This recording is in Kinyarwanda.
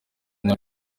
nka